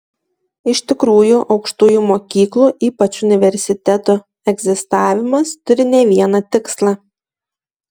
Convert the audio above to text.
iš tikrųjų aukštųjų mokyklų ypač universitetų egzistavimas turi ne vieną tikslą